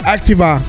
Activa